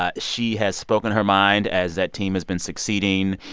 ah she has spoken her mind as that team has been succeeding.